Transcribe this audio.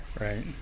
Right